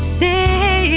say